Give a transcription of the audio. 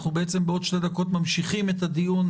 בעוד שתי דקות נמשיך את הדיון.